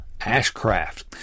Ashcraft